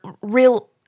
real